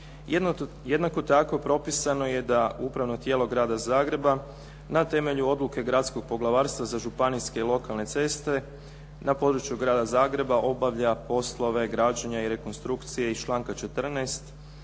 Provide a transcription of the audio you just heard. Jednako tako propisano je da upravno tijelo Grada Zagreba na temelju odluke gradskog poglavarstva za županijske i lokalne ceste na području Grada Zagreba obavlja poslove građenja i rekonstrukcije iz članka 14.,